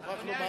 אני מוכרח לומר.